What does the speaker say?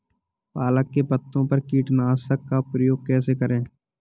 पालक के पत्तों पर कीटनाशक का प्रयोग कैसे करें?